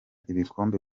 ibikombe